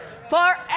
Forever